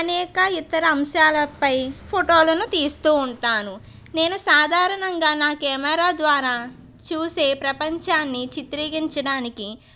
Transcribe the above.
అనేక ఇతర అంశాలపై ఫోటోలను తీస్తూ ఉంటాను నేను సాధారణంగా నా కెమెరా ద్వారా చూసే ప్రపంచాన్ని చిత్రీగించడానికి